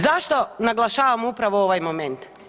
Zašto naglašavam upravo ovaj moment?